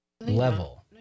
level